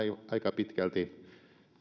aika pitkälti